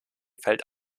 fällt